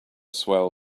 swell